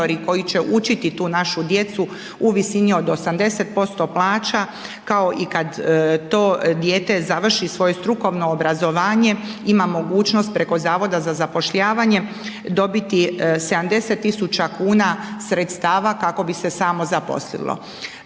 koji će učiti tu našu djecu u visini od 80% plaća, kao i kad to dijete završi svoje strukovno obrazovanje, ima mogućnost preko Zavoda za zapošljavanje dobiti 70 tisuća kuna sredstava kako bi se samozaposlilo.